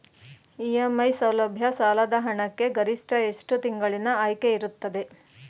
EMI ಸೌಲಭ್ಯ ಸಾಲದ ಹಣಕ್ಕೆ ಗರಿಷ್ಠ ಎಷ್ಟು ತಿಂಗಳಿನ ಆಯ್ಕೆ ಇರುತ್ತದೆ?